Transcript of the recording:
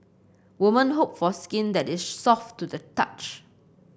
women hope for skin that is soft to the touch